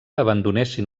abandonessin